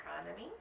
economy